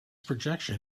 projection